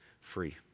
free